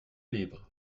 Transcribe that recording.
livres